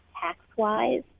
tax-wise